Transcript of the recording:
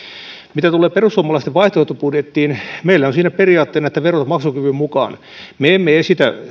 mitä tulee perussuomalaisten vaihtoehtobudjettiin niin meillä on siinä periaatteena että verotus maksukyvyn mukaan me emme esitä